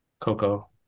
Coco